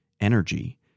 energy